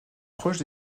proche